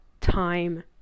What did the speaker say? time